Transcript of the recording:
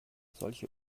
solche